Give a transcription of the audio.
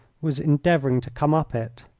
was endeavouring to come up it.